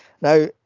Now